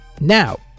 Now